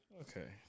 Okay